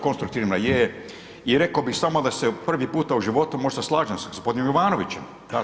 Konstruktivna je i rekao bih samo da se prvi puta u životu možda slažem sa gospodinom Jovanovićem.